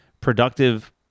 productive